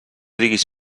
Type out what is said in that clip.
diguis